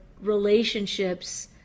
relationships